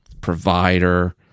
provider